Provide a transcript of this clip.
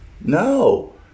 No